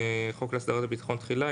החוק להסדרת הביטחון תחילה,